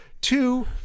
two